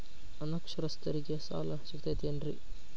ಅನಕ್ಷರಸ್ಥರಿಗ ಸಾಲ ಸಿಗತೈತೇನ್ರಿ?